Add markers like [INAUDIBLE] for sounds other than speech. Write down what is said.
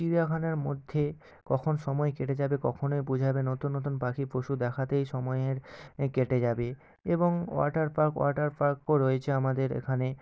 চিড়িয়াখানার মধ্যে কখন সময় কেটে যাবে কখনোই বোঝা যাবে [UNINTELLIGIBLE] নতুন নতুন পাখি পশু দেখাতেই সময়ের এ কেটে যাবে এবং ওয়াটার পার্ক ওয়াটার পার্কও রয়েছে আমাদের এখানে